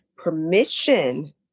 Permission